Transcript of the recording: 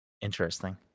interesting